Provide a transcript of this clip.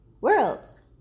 worlds